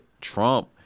Trump